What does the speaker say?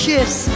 Kiss